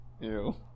Ew